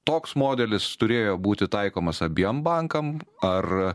toks modelis turėjo būti taikomas abiem bankam ar